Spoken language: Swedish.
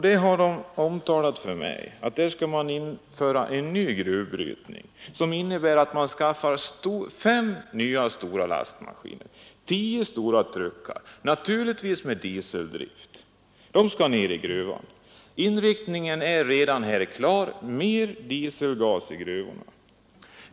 De har omtalat för mig att där skall införas ny gruvbrytning, som innebär att det anskaffas fem nya stora lastbilar och tio stora truckar — naturligtvis med dieseldrift. De skall ner i gruvan. Inriktningen är redan klar: mer dieselgas i gruvan!